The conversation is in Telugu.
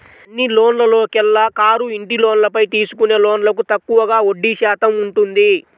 అన్ని లోన్లలోకెల్లా కారు, ఇంటి లోన్లపై తీసుకునే లోన్లకు తక్కువగా వడ్డీ శాతం ఉంటుంది